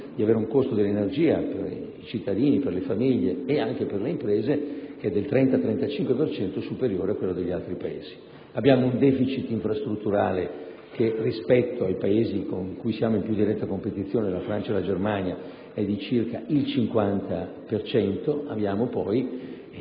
di avere un costo dell'energia per i cittadini, per le famiglie e anche per le imprese che è del 30-35 per cento superiore a quello degli altri Paesi. Abbiamo un *deficit* infrastrutturale che, rispetto ai Paesi con cui siamo in più diretta competizione, la Francia e la Germania, è di circa il 50 per cento.